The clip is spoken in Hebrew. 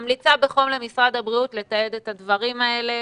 ממליצה בחום למשרד הבריאות לתעד את הדברים האלה.